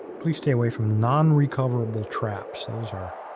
please stay away from non-recoverable traps. those are.